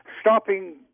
stopping